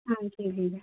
ಹಾಂ ಕೆಜಿ ಇದೆ